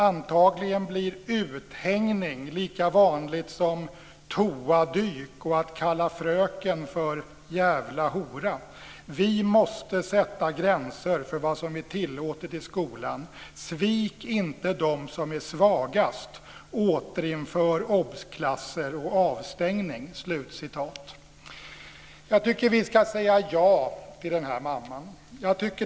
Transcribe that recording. Antagligen blir 'uthängning' lika vanligt som 'toadyk' och att kalla fröken för 'jävla hora'. Vi måste sätta gränser för vad som är tillåtet i skolan. Svik inte dem som är svagast. Återinför obs-klasser och avstängning!" Jag tycker vi ska säga ja till den mamman.